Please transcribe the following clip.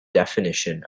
definition